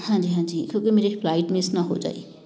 ਹਾਂਜੀ ਹਾਂਜੀ ਕਿਉਂਕਿ ਮੇਰੀ ਫਲਾਈਟ ਮਿਸ ਨਾ ਹੋ ਜਾਵੇ